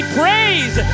praise